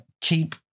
Keep